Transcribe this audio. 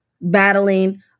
battling –